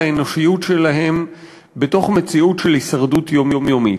האנושיות שלהם בתוך מציאות של הישרדות יומיומית.